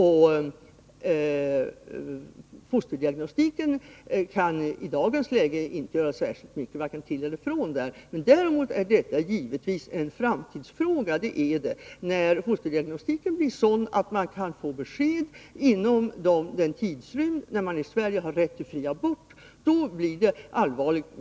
Fosterdiagnostiken kan i dagens läge inte göra särskilt mycket, varken till eller från, men däremot är detta givetvis en framtidsfråga. När fosterdiagnostiken blir sådan att man kan få besked inom den tidsrymd när man i Sverige har rätt till fri abort, då blir det allvarligt.